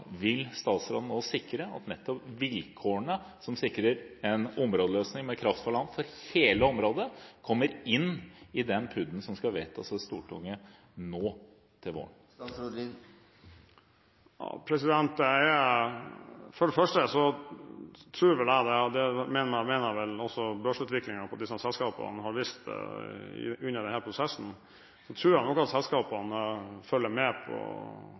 vil statsråden nå sikre at vilkårene som sikrer en områdeløsning med kraft fra land for hele området, kommer inn i den PUD-en som skal vedtas av Stortinget nå til våren? For det første tror jeg nok – og det mener jeg vel også børsutviklingen på disse selskapene har vist under denne prosessen – at selskapene følger med på